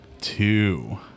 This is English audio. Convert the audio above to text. two